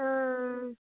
अच्छा